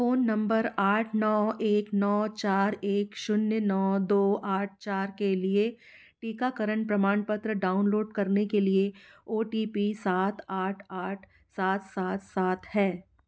phone number आठ नौ एक नौ चार एक शून्य नौ दो आठ चार के लिए टीकाकरण प्रमाणपत्र डाउनलोड करने के लिए ओ टी पी सात आठ आठ सात सात सात है